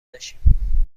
نشیم